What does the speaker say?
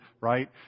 right